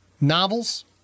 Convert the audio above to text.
novels